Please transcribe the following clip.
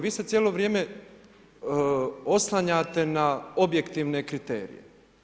Vi se cijelo vrijeme oslanjate na objektivne kriterije.